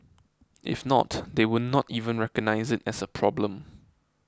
if not they would not even recognise it as a problem